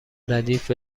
ردیف